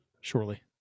surely